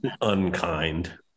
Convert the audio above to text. unkind